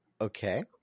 Okay